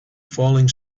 falling